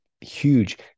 huge